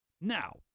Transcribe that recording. Now